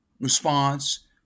response